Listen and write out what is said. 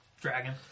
dragon